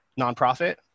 nonprofit